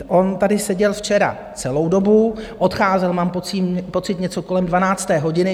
On tady seděl včera celou dobu, odcházel, mám pocit, něco kolem dvanácté hodiny.